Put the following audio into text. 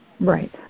Right